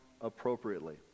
appropriately